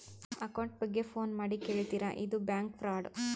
account ಬಗ್ಗೆ phone ಮಾಡಿ ಕೇಳ್ತಾರಾ ಇದು ಬ್ಯಾಂಕ್ ಫ್ರಾಡ್